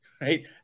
Right